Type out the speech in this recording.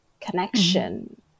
connection